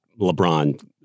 LeBron